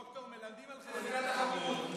דוקטור, מלמדים על חזקת החפות.